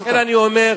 לכן אני אומר,